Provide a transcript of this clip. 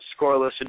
scoreless